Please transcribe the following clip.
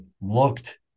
looked